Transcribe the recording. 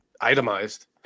itemized